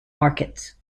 markets